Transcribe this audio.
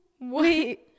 Wait